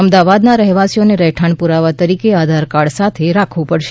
અમદાવાદના રહેવાસીઓને રહેઠાણ પુરાવા તરીકે આધાર કાર્ડ સાથે રાખવું પડશે